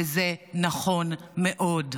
וזה נכון מאוד.